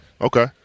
Okay